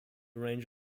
range